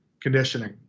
conditioning